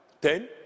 ten